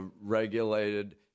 regulated